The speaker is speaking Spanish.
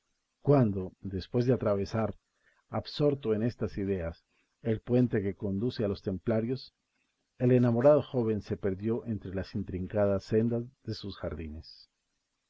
cuando después de atravesar absorto en estas ideas el puente que conduce a los templarios el enamorado joven se perdió entre las intrincadas sendas de sus jardines la